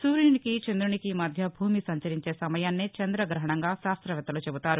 సూర్యునికి చంద్రునికి మధ్య భూమి సంచరించే సమయాన్నే చంద్రాగహణంగా శాస్రవేత్తలు చెబుతారు